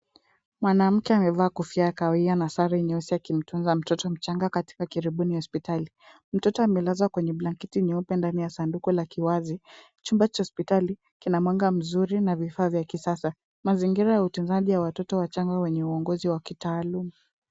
Mwanamke amevaa kofia ya kahawia na sare nyeusi akimtunza mtoto mchanga katika kiribuni hospitali. Mtoto amelazwa kwenye blanketi nyeupe ndani ya sanduku la kiwazi. Chumba cha hospitali kina mwanga mzuri na vifaa vya kisasa. Mazingira ya utunzaji ya watoto wachanaga wenye uongozi wa kitaalum.